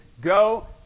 go